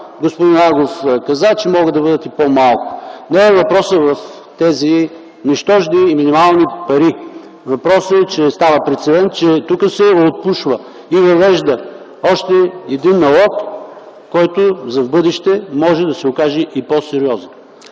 господин Агов каза, че могат да бъдат и по-малко. Не е въпросът в тези нищожни, минимални пари. Въпросът е, че става прецедент, че тук се отпушва и въвежда още един налог, който в бъдеще може да се окаже и по-сериозен.